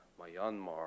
Myanmar